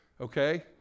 Okay